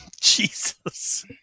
Jesus